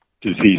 disease